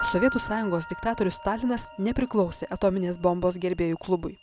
sovietų sąjungos diktatorius stalinas nepriklausė atominės bombos gerbėjų klubui